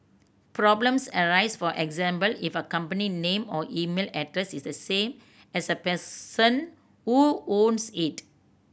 problems arise for example if a company name or email address is the same as the person who owns it